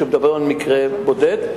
שמדבר על מקרה בודד,